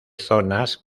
zonas